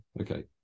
Okay